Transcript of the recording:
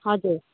हजुर